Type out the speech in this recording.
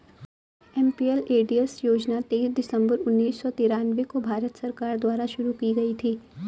MPLADS योजना तेईस दिसंबर उन्नीस सौ तिरानवे को भारत सरकार द्वारा शुरू की गयी थी